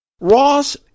Ross